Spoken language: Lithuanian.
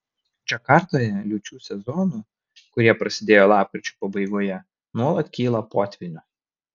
džakartoje liūčių sezonu kurie prasidėjo lapkričio pabaigoje nuolat kyla potvynių